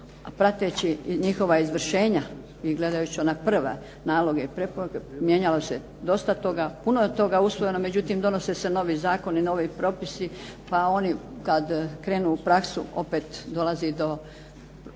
prateći i njihova izvršenja i gledajući ona prva, naloge i preporuke, mijenjalo se dosta toga, puno je toga usvojeno, međutim donese se novi zakoni, novi propisi, pa oni kad krenu u praksu, opet dolazi do